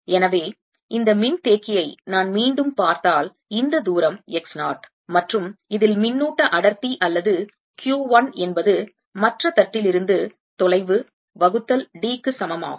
எனவே இந்த மின்தேக்கியை நான் மீண்டும் பார்த்தால் இந்த தூரம் x 0 மற்றும் இதில் மின்னூட்ட அடர்த்தி அல்லது Q 1 என்பது மற்ற தட்டிலிருந்து தொலைவு வகுத்தல் d க்கு சமமாகும்